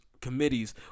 committees